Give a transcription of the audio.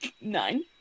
Nine